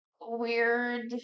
weird